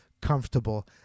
comfortable